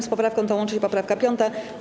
Z poprawką tą łączy się poprawka 5.